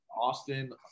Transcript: Austin